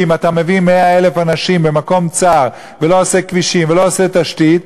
כי אם אתה מביא 100,000 אנשים למקום צר ולא עושה כבישים ולא עושה תשתית,